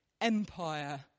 empire